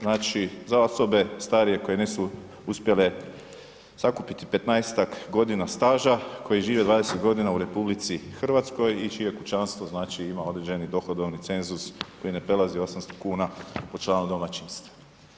Znači, za osobe starije koje nisu uspjele sakupiti 15-tak godina staža, koje žive 20.g. u RH i čije kućanstvo, znači ima određeni dohodovni cenzus koji ne prelazi 800,00 kn po članu domaćinstva.